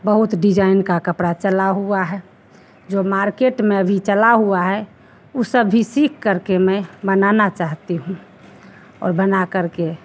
बहुत डिजाईन का कपड़ा चला हुआ है जो मार्केट में अभी चला हुआ है ऊ सभी सीख करके मैं बनाना चाहती हूँ और बना करके